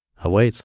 awaits